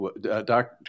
Dr